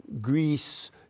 Greece